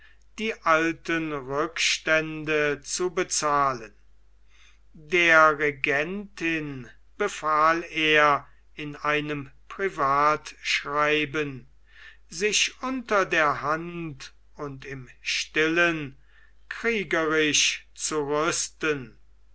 die alten rückstände zu bezahlen der regentin befahl er in einem privatschreiben sich unter der hand und im stillen kriegerisch zu rüsten